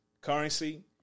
currency